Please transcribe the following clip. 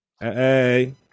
Hey